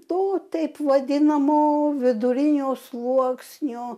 to taip vadinamo vidurinio sluoksnio